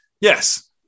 Yes